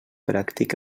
pràctic